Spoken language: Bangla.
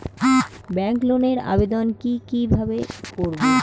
ব্যাংক লোনের আবেদন কি কিভাবে করব?